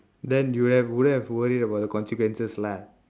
then you would have wouldn't have worried about the consequences lah